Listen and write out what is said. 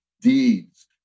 deeds